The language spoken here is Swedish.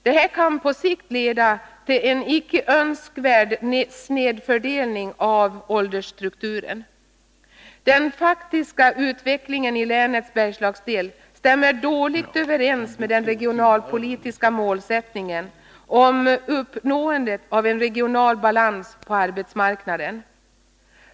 Detta kan på sikt leda till en icke önskvärd snedfördelning i åldersstrukturen. Den faktiska utvecklingen i länets Bergslagsdel stämmer dåligt överens med den regionalpolitiska målsättningen om uppnåendet av en regional balans på arbetsmarknaden.